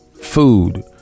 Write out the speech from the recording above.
food